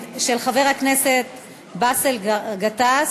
של חבר הכנסת באסל גטאס.